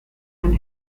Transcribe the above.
and